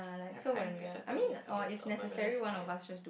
have time to settle it together when we are less tired